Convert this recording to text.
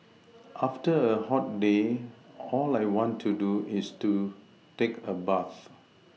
after a hot day all I want to do is take a bath